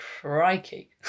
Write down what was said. crikey